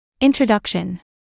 Introduction